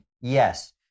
yes